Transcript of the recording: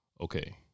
Okay